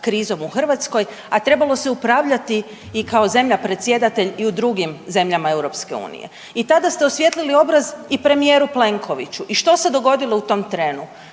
krizom u Hrvatskoj, a trebalo se upravljati i kao zemlja predsjedatelj i u drugim zemljama EU. I tada ste osvijetlili obraz i premijeru Plenkoviću i što se dogodilo u tom trenu?